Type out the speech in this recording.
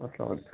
اسلام